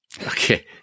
Okay